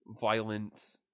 Violent